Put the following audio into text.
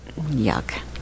Yuck